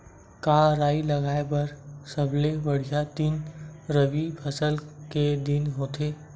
का राई लगाय बर सबले बढ़िया दिन रबी फसल के दिन होथे का?